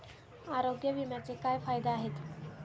आरोग्य विम्याचे काय फायदे आहेत?